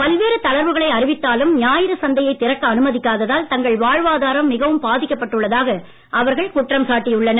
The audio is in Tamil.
பல்வேறு தளர்வுகளை அறிவித்தாலும் தங்களது சூாயிறு சந்தையை திறக்க அனுமதிக்காததால் தங்கள் வாழ்வாதாரம் மிகவும் பாதிக்கப்பட்டு உள்ளதாக அவர்கள் குற்றம் சாட்டியுள்ளனர்